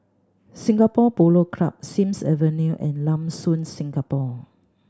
Singapore Polo Club Sims Avenue and Lam Soon Singapore